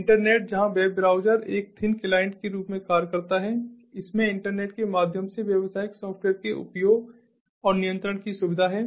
internet जहां web browser एक thin client के रूप में कार्य करता है इसमें इंटरनेट के माध्यम से व्यावसायिक सॉफ्टवेयर के उपयोग और नियंत्रण की भी सुविधा है